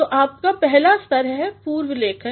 तो पहला स्तर है पूर्व लेखन